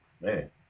man